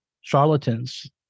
charlatans